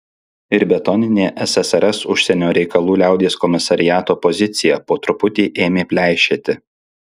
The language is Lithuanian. ir betoninė ssrs užsienio reikalų liaudies komisariato pozicija po truputį ėmė pleišėti